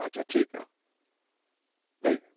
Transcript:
अच्छा ठीकु आहे ॿई